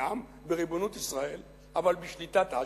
אומנם בריבונות ישראל אבל בשליטת אש"ף,